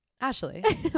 Ashley